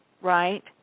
right